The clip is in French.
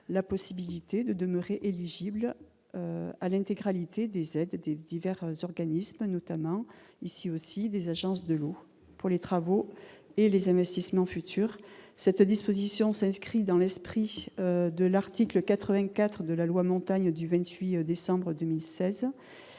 la possibilité de demeurer éligibles à l'intégralité des aides des divers organismes, notamment les agences de l'eau, pour les travaux et les investissements futurs. Cette disposition s'inscrit dans l'esprit de l'article 84 de la loi Montagne du 28 décembre 2016